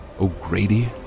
O'Grady